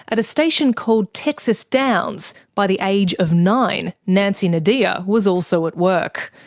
at a station called texas downs, by the age of nine, nancy nodea was also at work.